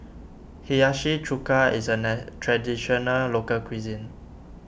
Hiyashi Chuka is a nice Traditional Local Cuisine